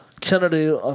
Kennedy